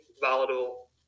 volatile